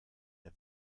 der